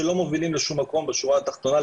שלא מובילים לשום מקום בשורה התחתונה,